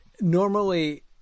normally